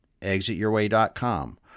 ExitYourWay.com